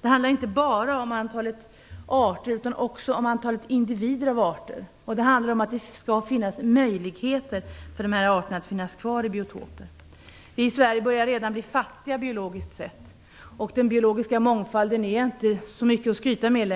Det handlar inte bara om antalet arter utan också om antalet individer av arter. Det skall finnas möjligheter för de här arterna att finnas kvar i biotoper. Vi i Sverige börjar redan bli fattiga biologiskt sett. Den biologiska mångfalden är inte längre så mycket att skryta med.